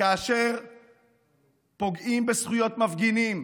כאשר פוגעים בזכויות מפגינים?